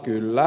kyllä